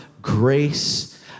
grace